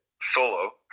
solo